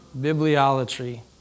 Bibliolatry